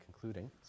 concluding